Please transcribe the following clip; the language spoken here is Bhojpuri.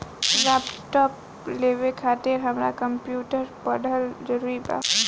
लैपटाप लेवे खातिर हमरा कम्प्युटर पढ़ल जरूरी बा?